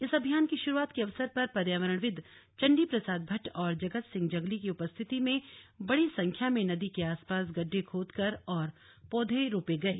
इस अभियान की शुरुआत के अवसर पर पर्यावरणविद चंडी प्रसाद भट्ट और जगत सिंह जंगली की उपस्थिति में बड़ी संख्या में नदी के आसपास गड्ढे खोद कर और पौधे रोपे गए